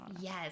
Yes